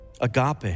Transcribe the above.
Agape